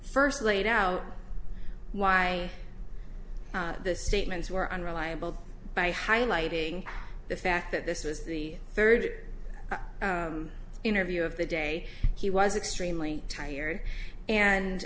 first laid out why the statements were unreliable by highlighting the fact that this was the third interview of the day he was extremely tired and